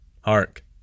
Hark